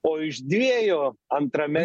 o iš dviejų antrame